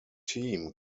team